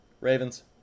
Ravens